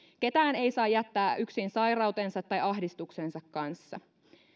ketään ei saa jättää yksin sairautensa tai ahdistuksensa kanssa